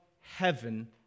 heaven